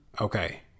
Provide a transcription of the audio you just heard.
Okay